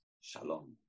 Shalom